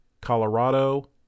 Colorado